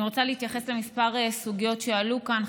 אני רוצה להתייחס לכמה סוגיות שעלו כאן,